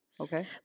okay